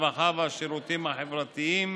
הרווחה והשירותים החברתיים